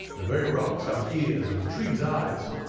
the very rocks have ears and the trees eyes.